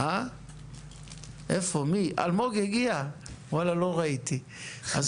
אלמוג הגיע, לא ראיתי.